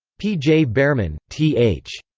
p. j. bearman th.